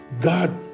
God